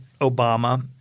Obama